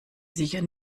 sicher